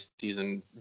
season